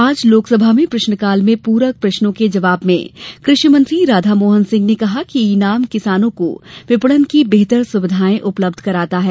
आज लोकसभा में प्रश्नकाल में पूरक प्रश्नों के जवाब में कृषि मंत्री राधामोहन सिंह ने कहा कि ई नाम किसानों को विपणन की बेहतर सुविधाएं उपलब्ध कराता है